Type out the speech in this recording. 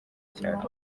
cyane